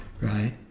right